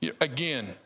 again